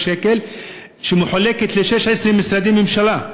שמחולקים ל-16 משרדי ממשלה.